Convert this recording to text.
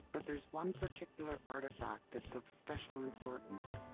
but there is one particular artifact that's of special importance.